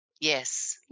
yes